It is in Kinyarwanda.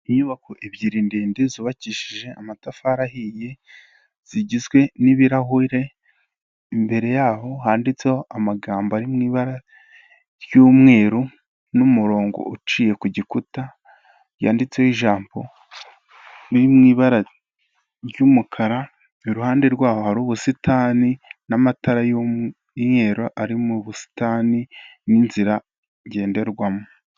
Inyubako ebyiri ndende zubakishije amatafari ahiye, zigizwe n'ibirahure imbere yaho handitseho amagambo ari mu ibara ry'umweru n'umurongo uciye ku gikuta yanditseho ijambo ririi mu ibara ry'umukara iruhande rwaho hari ubusitani n'amatara y'umweru ari mu busitani n'inzira ngenderwamo.